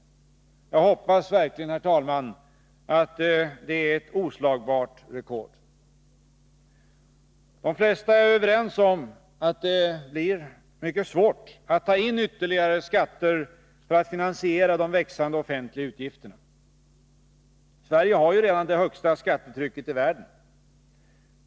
Jag hoppas verkligen, herr talman, att det är ett oslagbart rekord! De flesta är överens om att det blir mycket svårt att ta in ytterligare skatter för att finansiera de växande offentliga utgifterna. Sverige har ju redan det högsta skattetrycket i världen.